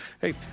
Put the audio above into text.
hey